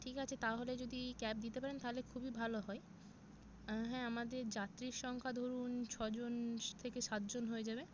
ঠিক আছে তাহলে যদি ক্যাব দিতে পারেন তাহলে খুবই ভালো হয় হ্যাঁ আমাদের যাত্রীর সংখ্যা ধরুন ছ জন থেকে সাত জন হয়ে যাবে